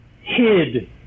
Hid